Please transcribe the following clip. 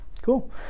Cool